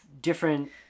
different